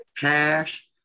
Cash